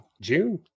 June